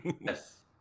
yes